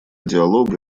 диалога